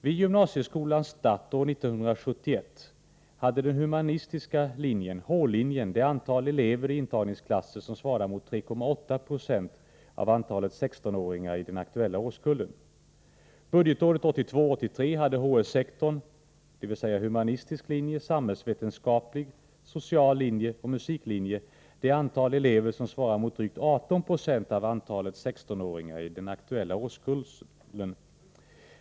Vid gymnasieskolans start år 1971 hade den humanistiska linjen, h-linjen, det antal elever i intagningsklasser som svarade mot 3,8 970 av antalet 16-åringar i den aktuella årskullen. Budgetåret 1982/83 hade hs-sektorn, dvs. humanistisk linje, samhällsvetenskaplig linje, social linje och musiklinje, det antal elever som svarar mot drygt 18 96 av antalet 16-åringar i den aktuella årskullen.